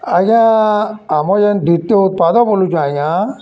ଆଜ୍ଞା ଆମର୍ ଯେନ୍ ଦ୍ୱିତୀୟ ଉତ୍ପାଦ ବୋଲୁଛୁଁ ଆଜ୍ଞା